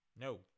no